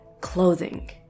clothing